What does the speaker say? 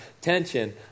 tension